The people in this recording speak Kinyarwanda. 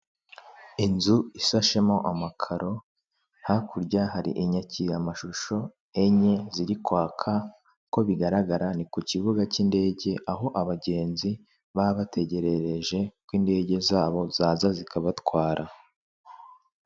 Inzu ishashemo amakaro hakurya hari inyakira mashusho enye ziri kwaka, uko bigaragara ni ku kibuga cy'indege aho abagenzi baba bategerereje ko indege zabo zaza zikabatwara.